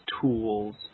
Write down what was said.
tools